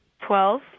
Twelve